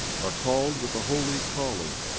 are called with a holy calling,